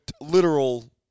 literal